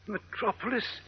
Metropolis